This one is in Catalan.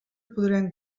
podrem